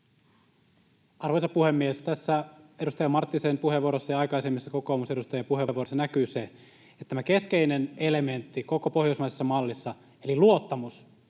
Arvoisa puhemies! Tässä edustaja Marttisen puheenvuorossa ja aikaisemmissa kokoomusedustajien puheenvuoroissa näkyy se, että tämä keskeinen elementti koko pohjoismaisessa mallissa, luottamus,